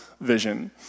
vision